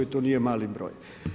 To nije mali broj.